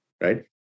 right